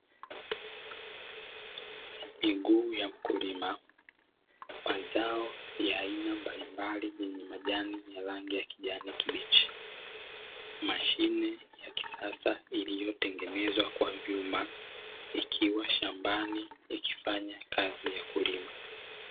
Miguu ya mkulima, mazao ya aina mbalimbali yenye majani ya rangi ya kijani kibichi, mashine ya kisasa iliyotengenezwa kwa vyuma ikiwa shambani ikifanya kazi ya kulima.